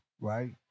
right